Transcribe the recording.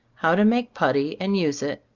how to make putty and use it,